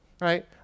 right